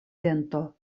gento